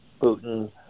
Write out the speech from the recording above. Putin